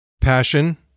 Passion